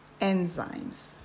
enzymes